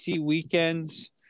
weekends